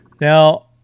Now